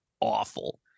awful